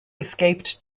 escaped